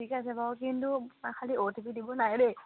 ঠিক আছে বাৰু কিন্তু খালি অ'টিপি দিব